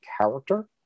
character